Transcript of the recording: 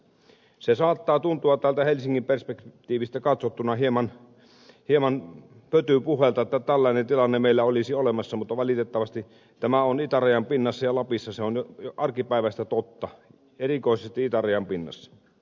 se saattaa tuntua täältä helsingin perspektiivistä katsottuna hieman pötypuheelta että tällainen tilanne meillä olisi olemassa mutta valitettavasti tämä on itärajan pinnassa ja lapissa jo arkipäiväistä totta erikoisesti itärajan pinnassa